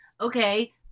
Okay